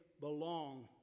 belong